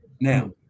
Now